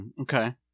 Okay